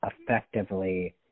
effectively